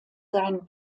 seinen